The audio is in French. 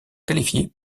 qualifiée